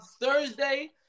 Thursday